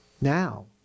Now